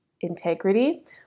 integrity